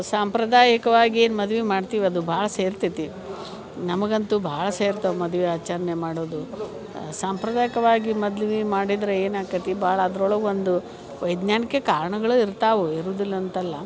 ಸಾಂಪ್ರ್ದಾಯಿಕವಾಗಿ ಏನು ಮದ್ವೆ ಮಾಡ್ತೀವಿ ಅದು ಭಾಳ ಸೇರ್ತೈತಿ ನಮಗಂತೂ ಭಾಳ ಸೇರ್ತವೆ ಮದುವೆ ಆಚರಣೆ ಮಾಡುವುದು ಸಾಂಪ್ರದಾಯಿಕವಾಗಿ ಮದ್ವೆ ಮಾಡಿದರೆ ಏನಾಕತಿ ಭಾಳ ಅದ್ರೊಳಗೆ ಒಂದು ವೈಜ್ಞಾನಿಕ ಕಾರಣಗಳು ಇರ್ತಾವೆ ಇರುವುದಿಲ್ಲ ಅಂತಲ್ಲ